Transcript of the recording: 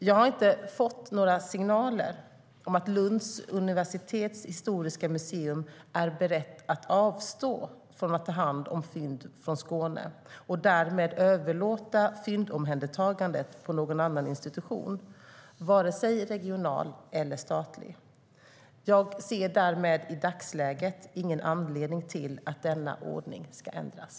Jag har inte fått några signaler om att Lunds universitets historiska museum är berett att avstå från att ta hand om fynd från Skåne och därmed överlåta fyndomhändertagandet på någon annan institution, vare sig regional eller statlig. Jag ser därmed i dagsläget ingen anledning till att denna ordning ska ändras.